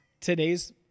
today's